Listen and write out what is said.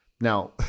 Now